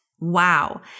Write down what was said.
Wow